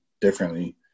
differently